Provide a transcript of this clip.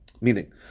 Meaning